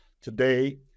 today